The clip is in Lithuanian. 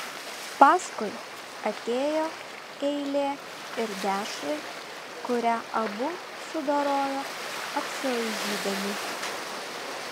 paskui atėjo eilė ir dešrai kurią abu sudorojo apsilaižydami